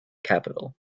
capital